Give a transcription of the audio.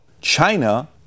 China